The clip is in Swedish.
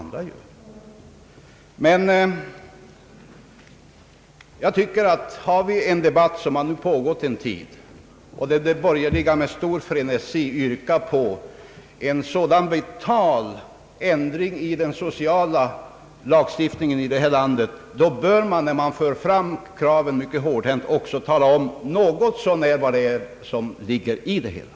När nu den här debatten har pågått så länge och de borgerliga med stor frenesi yrkat på en så vital ändring i sociallagstiftningen, bör de, samtidigt som de för fram kravet så hårdhänt, också tala om något så när vad det hela innebär.